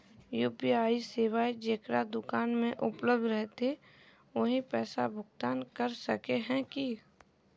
UPI सेवाएं जेकरा दुकान में उपलब्ध रहते वही पैसा भुगतान कर सके है की?